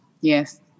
Yes